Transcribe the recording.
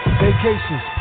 vacations